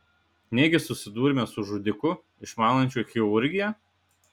negi susidūrėme su žudiku išmanančiu chirurgiją